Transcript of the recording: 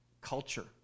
Culture